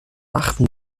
achten